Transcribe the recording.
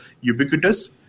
ubiquitous